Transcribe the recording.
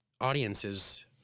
audiences